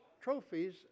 trophies